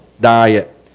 Diet